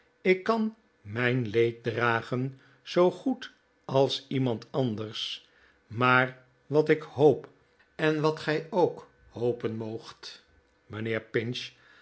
ik kan mijn leed dragen zoo goed als iemand anders maar wat ik hoop en wat ook gij hopen moogt mijnheer pinch